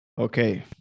Okay